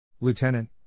Lieutenant